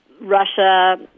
Russia